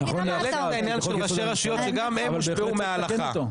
העליתי את העניין של ראשי רשויות שגם הם הושפעו מההלכה.